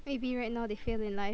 maybe right now they fail in life